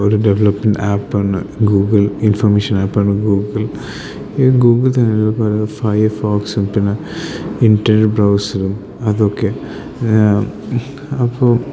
ഒരു ഡെവലപ്പ്മെൻറ്റ് ആപ്പാണ് Google information ആപ്പാണ് ഗൂഗിൾ ഈ ഗൂഗിൾ തന്ന പറയുന്ന ഫയർ ഫോക്സും പിന്നെ ഇൻറ്റർ ബ്രൗസറും അതൊക്കെ അപ്പോൾ